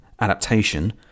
adaptation